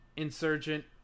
Insurgent